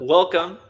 Welcome